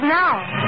now